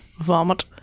Vomit